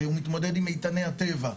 והוא מתמודד עם איתני הטבע,